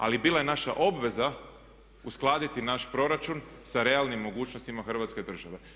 Ali bila je naša obveza uskladiti naš proračun sa realnim mogućnostima Hrvatske države.